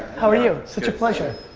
how are you? such a pleasure.